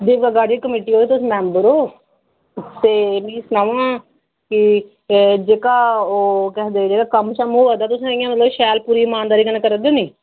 देवका बारे कमेटी ऐ तुस ओह्दे मैंबर ओ ते मीं सनाओ हां कि जेह्का ओह् के आखदे कम्म शम्म होआ दा तुसें इ'यां मतलब शैल पूरी इमानदारी कन्नै करै दे नी